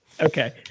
Okay